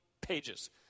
pages